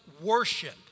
worship